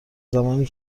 زمانی